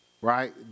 right